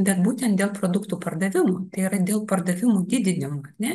bet būtent dėl produktų pardavimų tai yra dėl pardavimų didinimo ar ne